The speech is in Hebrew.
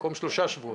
במקום שלושה שבועות,